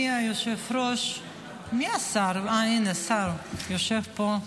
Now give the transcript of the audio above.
יש לנו ככה,